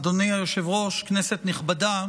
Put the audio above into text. אדוני היושב-ראש, כנסת נכבדה,